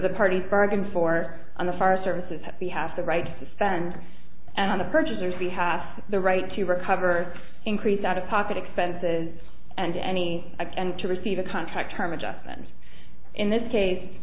the parties bargained for on the far services we have the right to spend and on the purchasers the half the right to recover increased out of pocket expenses and any and to receive a contract term adjustments in this case